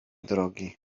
drogi